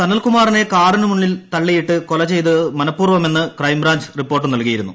സനൽ കുമാറിനെ കാറിന് മുന്നിൽ തള്ളിയിട്ട് കൊലചെയ്തത് മനപ്പൂർവ്വമെന്ന് ക്രൈംബ്രാഞ്ച് റിപ്പോർട്ട് നൽകിയിരുന്നു